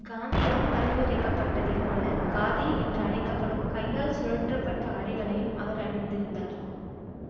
காந்தியால் பரிந்துரைக்கப்பட்டதைப் போல் காதி என்று அழைக்கப்படும் கையால் சுழற்றப்பட்ட ஆடைகளையும் அவர் அணிந்திருந்தார்